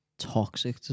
toxic